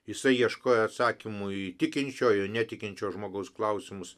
jisai ieškojo atsakymų į tikinčio ir netikinčio žmogaus klausimus